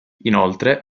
inoltre